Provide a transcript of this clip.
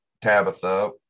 tabitha